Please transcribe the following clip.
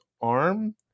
arm